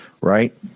right